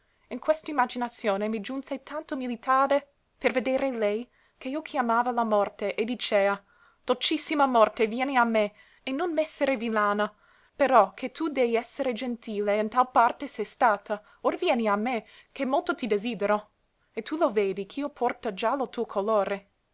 in questa imaginazione mi giunse tanta umilitade per vedere lei che io chiamava la morte e dicea dolcissima morte vieni a me e non m'essere villana però che tu dèi essere gentile in tal parte se stata or vieni a me che molto ti desidero e tu lo vedi ché io porto già lo tuo colore